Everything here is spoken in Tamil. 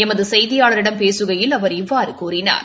எமது செய்தியாளரிடம் பேசுகையில் அவர் இவ்வாறு கூறினார்